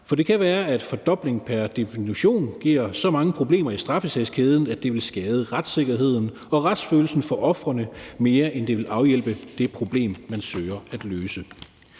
For det kan være, at fordobling pr. definition giver så mange problemer i straffesagskæden, at det vil skade retssikkerheden og retsfølelsen for ofrene, mere end det vil afhjælpe det problem, man søger at løse.